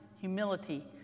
humility